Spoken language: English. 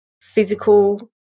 physical